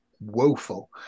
woeful